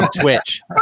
Twitch